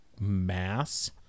mass